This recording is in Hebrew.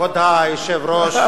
כבוד היושב-ראש,